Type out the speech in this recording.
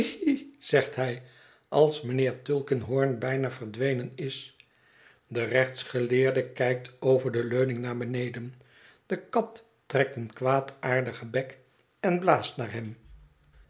zegt hij als mijnheer tulkinghorn bijna verdwenen is de rechtsgeleerde kijkt over de leuning naar beneden de kat trekt een kwaadaardigen bek en blaast naar hem